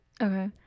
Okay